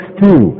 two